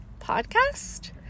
Podcast